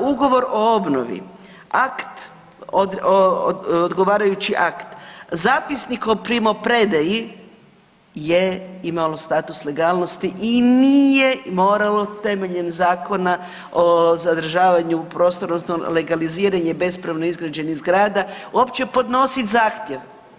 ugovor o obnovi, akt, odgovarajući akt, zapisnik o primopredaji je imalo status legalnosti i nije moralo temeljem Zakona o zadržavanju prostornog odnosno legaliziranje bespravno izgrađenih zgrada uopće podnositi zahtjev.